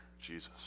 Jesus